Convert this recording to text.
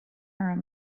orm